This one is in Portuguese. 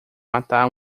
matar